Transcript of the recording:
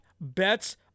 bets